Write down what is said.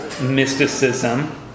mysticism